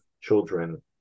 children